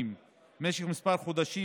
קואליציה-אופוזיציה,